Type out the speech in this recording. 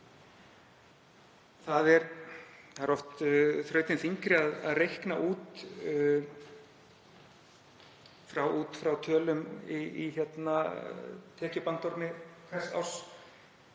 Það er oft þrautin þyngri að reikna út frá tölum í tekjubandormi hvers árs